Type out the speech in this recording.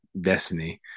destiny